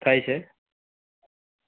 થાય છે